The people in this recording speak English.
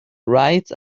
rides